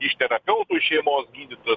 iš terapeutų į šeimos gydytojus